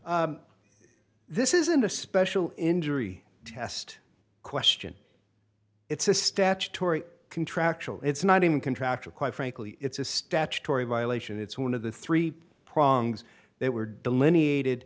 e this isn't a special injury test question it's a statutory contractual it's not even contractual quite frankly it's a statutory violation it's one of the three prongs that were delineated i